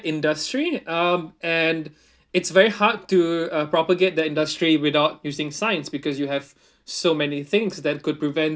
industry um and it's very hard to uh propagate the industry without using science because you have so many things that could prevent